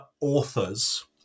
authors